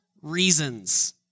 reasons